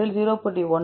3 இல் 0